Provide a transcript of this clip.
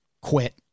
quit